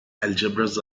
algebras